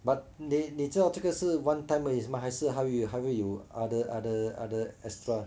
but 你你知道这个是 one time 而已是吗还是还有还会有 other other other extra